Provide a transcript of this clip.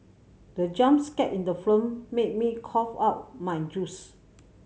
the jump scare in the film made me cough out my juice